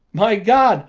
my god,